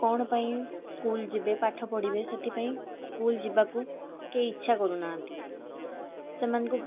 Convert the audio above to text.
କଣ ପାଇଁ ସ୍କୁଲ୍ ଯିବେ ପାଠପଢ଼ିବେ ସେଥିପାଇଁ ସ୍କୁଲ୍ ଯିବାକୁ କେହି ଇଚ୍ଛା କରୁନାହାଁନ୍ତି ସେମାନଙ୍କୁ